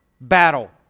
battle